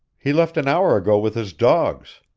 he left an hour ago with his dogs.